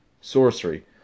sorcery